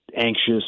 anxious